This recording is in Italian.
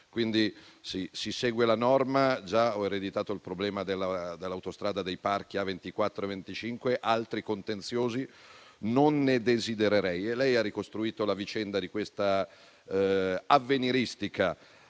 quindi la norma; già ho ereditato il problema dell'Autostrada dei parchi A24-A25, altri contenziosi non ne desidererei. Il senatore ha ricostruito la vicenda di questa avveniristica